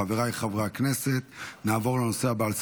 חבריי חברי הכנסת, נעבור לנושא הבא על סדר-היום,